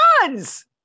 Guns